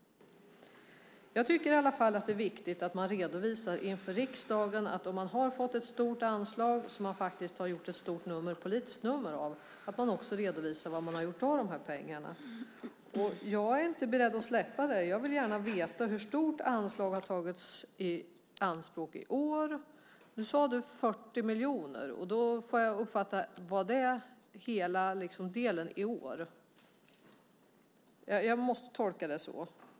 Jag tycker i alla fall att det är viktigt att man om man har fått ett stort anslag som man har gjort ett stort politiskt nummer av också redovisar inför riksdagen vad man har gjort av pengarna. Jag är inte beredd att släppa det. Jag vill gärna veta hur mycket av anslaget som har tagits i anspråk i år. Nu sade du 40 miljoner. Var det hela delen i år? Jag måste tolka det så.